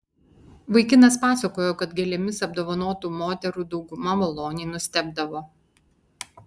vaikinas pasakojo kad gėlėmis apdovanotų moterų dauguma maloniai nustebdavo